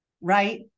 right